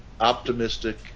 optimistic